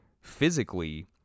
physically